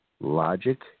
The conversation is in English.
Logic